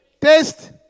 taste